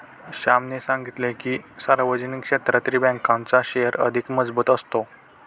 श्यामने सांगितले की, सार्वजनिक क्षेत्रातील बँकांचा शेअर अधिक मजबूत असतो